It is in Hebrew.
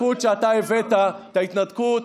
אנחנו עולצים כאשר מדינת ישראל מנצחת.